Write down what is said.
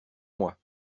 moi